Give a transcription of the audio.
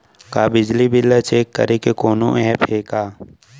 का बिजली बिल ल चेक करे के कोनो ऐप्प हे का?